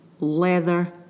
leather